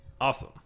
Awesome